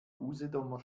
usedomer